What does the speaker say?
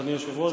אדוני היושב-ראש,